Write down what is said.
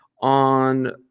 on